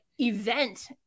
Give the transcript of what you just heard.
event